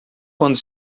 quando